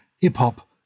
hip-hop